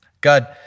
God